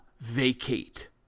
vacate